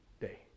day